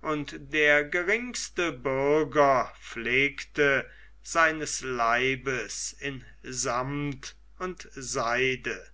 und der geringste bürger pflegte seines leibes in sammt und seide